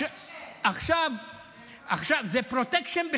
זה פרוטקשן.